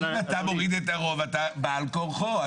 אם אתה מוריד את הרוב, אתה בעל כורחו.